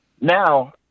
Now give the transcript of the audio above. Now